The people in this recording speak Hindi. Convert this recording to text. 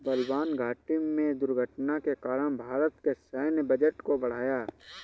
बलवान घाटी में दुर्घटना के कारण भारत के सैन्य बजट को बढ़ाया